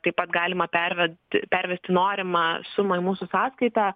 taip pat galima perve ti pervesti norimą sumą į mūsų sąskaita